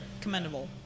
commendable